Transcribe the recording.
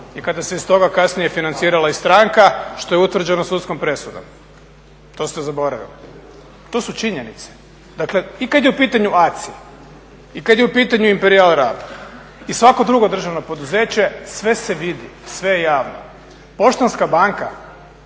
i kada se iz toga kasnije financirala i stranka što je utvrđeno sudskom presudom, to ste zaboravili i to su činjenice. Dakle i kada je u pitanju ACI i kada je u pitanju Imperijal Rab i svako drugo državno poduzeće, sve se vidi, sve je javno. Poštanska banka,